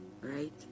right